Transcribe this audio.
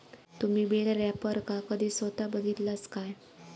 तुम्ही बेल रॅपरका कधी स्वता बघितलास काय?